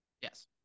yes